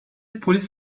polis